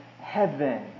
heaven